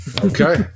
Okay